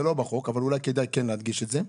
זה לא בחוק אבל אולי כדאי כן להדגיש את זה.